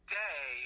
day